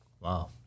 Wow